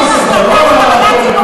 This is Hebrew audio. את מטעה את הציבור,